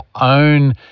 own